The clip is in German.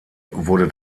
wurde